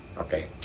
Okay